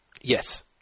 Yes